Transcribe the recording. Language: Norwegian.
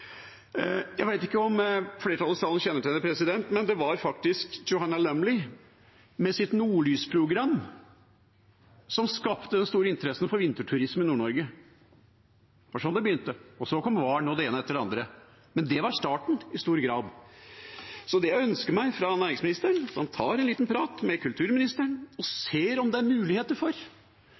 Jeg vet ikke om flertallet i salen kjenner til det, men det var faktisk Joanna Lumley med sitt nordlysprogram som skapte den store interessen for vinterturisme i Nord-Norge. Det var sånn det begynte, og så kom hvalen og det ene etter det andre. Men det var starten i stor grad. Det jeg ønsker meg fra næringsministeren, er at han tar en liten prat med kulturministeren og ser om det er muligheter for